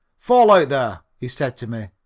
fall out, there, he said to me.